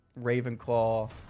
Ravenclaw